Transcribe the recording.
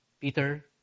Peter